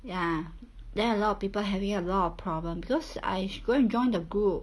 ya then a lot of people having a lot of problems because I go and join the group